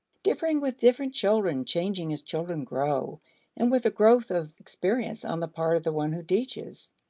differing with different children, changing as children grow and with the growth of experience on the part of the one who teaches.